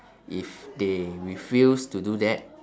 if they refuse to do that